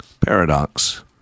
paradox